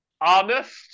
Honest